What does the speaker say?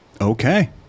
Okay